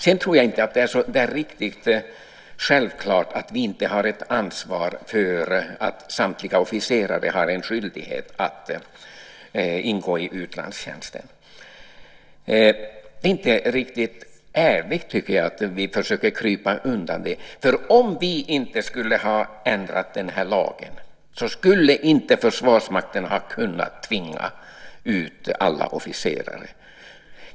Dock tror jag inte att det är riktigt självklart att vi inte har ett ansvar för att samtliga officerare har en skyldighet att ingå i utlandstjänsten. Jag tycker inte att det är riktigt ärligt att vi försöker krypa undan där, för om vi inte skulle ha ändrat den här lagen skulle Försvarsmakten inte ha kunnat tvinga ut alla officerare.